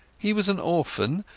he was an orphan,